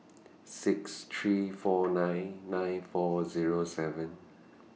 six three four nine nine four Zero seven